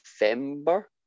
November